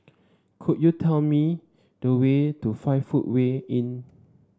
could you tell me the way to Five Footway Inn